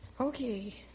Okay